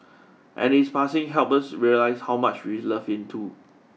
and his passing helped us realise how much we loved him too